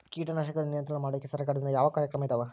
ಕೇಟನಾಶಕಗಳ ನಿಯಂತ್ರಣ ಮಾಡೋಕೆ ಸರಕಾರದಿಂದ ಯಾವ ಕಾರ್ಯಕ್ರಮ ಇದಾವ?